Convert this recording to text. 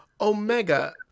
Omega